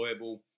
deployable